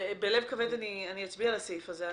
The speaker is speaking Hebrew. בלב כבד אני אצביע על הסעיף הזה.